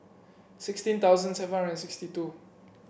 sixteen thousand seven hundred and sixty two